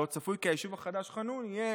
בעוד צפוי שהיישוב החדש חנון יהיה